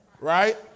Right